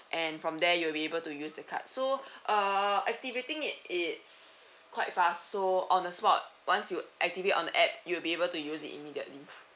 and from there you'll be able to use the card so uh activating it it's quite fast so on the spot once you activate on app you'll be able to use it immediately